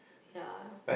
ya